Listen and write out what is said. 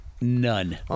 None